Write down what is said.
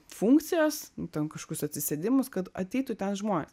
funkcijas ten kažkokius atsisėdimus kad ateitų ten žmonės